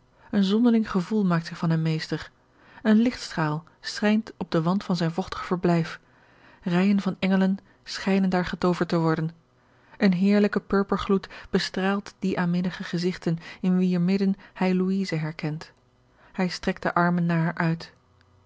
een zonderling gevoel maakt zich van hem meester een lichtstraal schijnt op den wand van zijn vochtig verblijf rijen van engelen schijnen daar getooverd te worden een heerlijke purpergloed bestraalt die aanminnige gezigten in wier midden hij louise herkent hij strekt de armen naar haar uit